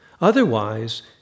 Otherwise